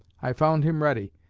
i found him ready,